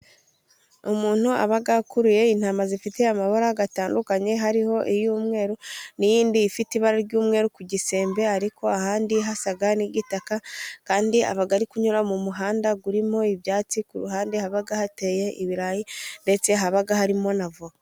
Umuntu aba akuruye intama zifite amabara atandukanye, hari iy'umweru n'iyindi ifite ibara ry'umweru ku gisembe ariko ahandi hasa n'igitaka, kandi aba ari kunyura mu muhanda urimo ibyatsi ku ruhande, haba hateye ibirayi ndetse haba harimo n'avoka.